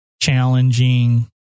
challenging